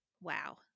wow